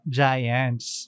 giants